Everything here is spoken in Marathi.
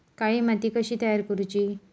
काळी माती कशी तयार करूची?